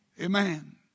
Amen